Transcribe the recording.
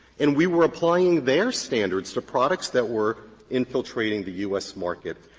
and we were applying their standards to products that were infiltrating the u s. market.